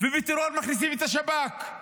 ובטרור מכניסים את השב"כ.